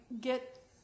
get